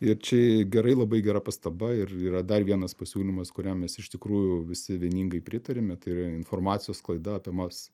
ir čia gerai labai gera pastaba ir yra dar vienas pasiūlymas kuriam mes iš tikrųjų visi vieningai pritariame tai yra informacijos sklaida apie nors